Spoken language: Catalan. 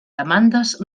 demandes